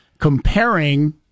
Comparing